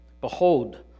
Behold